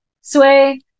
sway